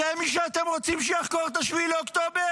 זה מי שאתם רוצים שיחקור את 7 באוקטובר?